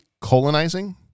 colonizing